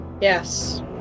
Yes